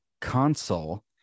console